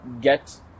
get